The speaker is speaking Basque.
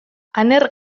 aner